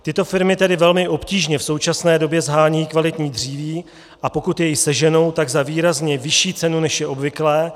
Tyto firmy tedy velmi obtížně v současné době shánějí kvalitní dříví, a pokud je seženou, tak za výrazně vyšší cenu, než je obvyklé.